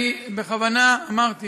אני בכוונה אמרתי